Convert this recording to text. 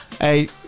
Hey